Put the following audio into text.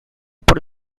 por